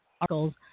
articles